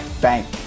Bank